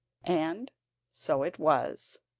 and so it was.